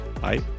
Bye